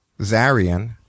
Zarian